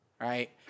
right